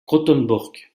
göteborg